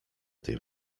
tej